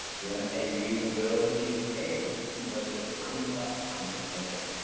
yeah and you will be paid because there's money left on the ticket.